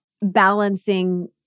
balancing